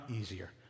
easier